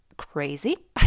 crazy